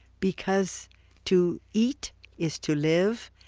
because to eat is to live,